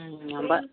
അപ്പോൾ